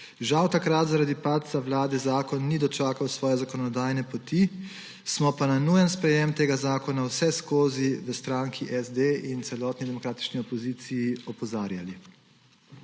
Žal takrat zaradi padca vlade zakon ni dočakal svoje zakonodajne poti, smo pa na nujen sprejem tega zakona vseskozi v stranki SD in celotni demokratični opoziciji opozarjali.